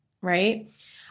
right